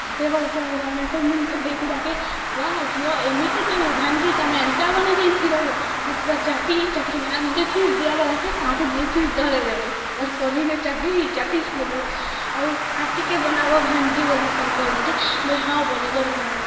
ଷାଠିଏ ବର୍ଷ ହେଲାନ ସେ ମୁନକେ ଦେଇଥିଲାକେ ବ୍ୱା ଝିଅ ଏମିତି ତୁ ଭାନଜି ତୁମେ ଏନ୍ତା ବନାଇଥିଲ ଯେ ମୁଇଁ ପୁରା ଚାଟି ଚାଟିକିନି ଆର ଦୁଇ ପିସ୍ ଦିଅ ବୋଲାକେ ତାକେ ଦୁଇ ପିସ୍ ଧରାଇଲାନି ଅର୍ କରାଇନେ ଚାଟି ଚାଟିକି ଖାଇଲି ଆଉ ଆଉ ଟିକେ ବନାବ ଭାନଜି ବୋଲିକରି କହିଲି ଯେ ମୁଇଁ ହଁ ବୋଲିକରି କହିନି